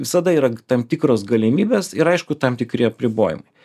visada yra tam tikros galimybės ir aišku tam tikri apribojimai